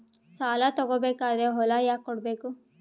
ಸಾಲ ತಗೋ ಬೇಕಾದ್ರೆ ಹೊಲ ಯಾಕ ಕೊಡಬೇಕು?